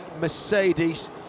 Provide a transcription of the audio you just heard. Mercedes